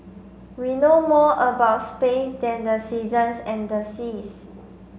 we know more about space than the seasons and the seas